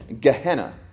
Gehenna